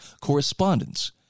correspondence